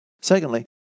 Secondly